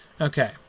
Okay